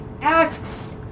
asks